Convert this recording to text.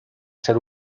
ser